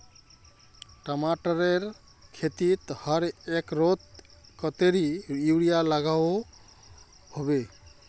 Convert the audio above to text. टमाटरेर खेतीत हर एकड़ोत कतेरी यूरिया लागोहो होबे?